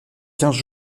quinze